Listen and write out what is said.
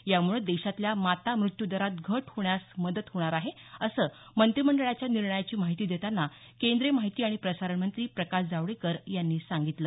यामुळे देशातल्या माता मृत्यूदरात घट होण्यास मदत मदत होणार आहे असं मंत्रिमंडळाच्या निर्णयांची माहिती देताना केंद्रीय माहिती आणि प्रसारण मंत्री प्रकाश जावडेकर यांनी सांगितलं